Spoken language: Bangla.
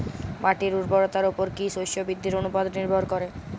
মাটির উর্বরতার উপর কী শস্য বৃদ্ধির অনুপাত নির্ভর করে?